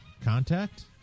contact